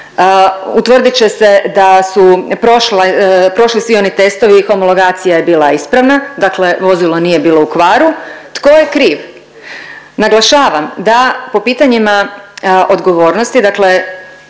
utvrdit će se da su prošla, prošli svi oni testovi, homologacija je bila ispravna, dakle vozilo nije bilo u kvaru, tko je kriv? Naglašavam da po pitanjima odgovornosti dakle